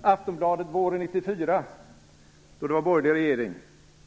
Aftonbladet hade våren 1994, då vi hade en borgerlig regering,